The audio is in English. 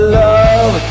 love